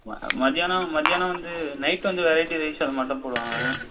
ம மத்தியானம் மத்தியானம் வந்து நைட்டு வந்து வெரைட்டி ரைஸ் அது மாதிரி தான் போடுவாங்க